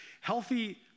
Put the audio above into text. Healthy